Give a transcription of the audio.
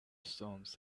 storms